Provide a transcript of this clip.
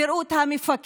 תראו את המפקדים,